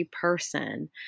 person